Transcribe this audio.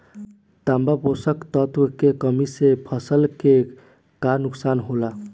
तांबा पोषक तत्व के कमी से फसल के का नुकसान होला?